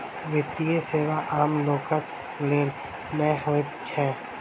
वित्तीय सेवा आम लोकक लेल नै होइत छै